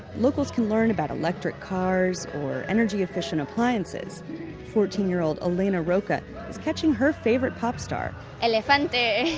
locals can learn about electric cars or energy efficient appliances fourteen-year-old elena roca is catching her favorite pop star elefante!